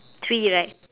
three right